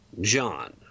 John